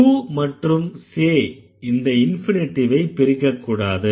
to மற்றும் say இந்த infinitive பிரிக்கக்கூடாது